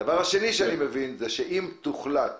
ודבר שני שאני מבין זה שאם תוחלט